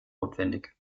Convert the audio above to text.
notwendig